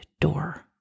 door